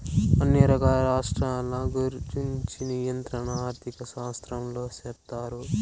అన్ని రకాల శాస్త్రాల గురుంచి నియంత్రణ ఆర్థిక శాస్త్రంలో సెప్తారు